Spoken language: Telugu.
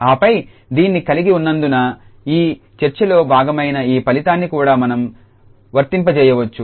ఆపై దీన్ని కలిగి ఉన్నందున ఈ చర్చలో భాగమైన ఈ ఫలితాన్ని కూడా మనం వర్తింపజేయవచ్చు